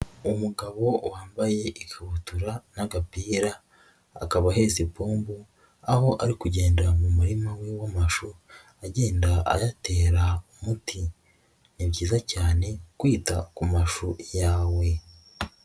Umugabo wambaye ikabutura n'agapira, akaba ahetse ipombo, aho ari kugendera mu murima we w'amashu agenda ayatera umuti. Ni byiza cyane kwita ku mashu yawe.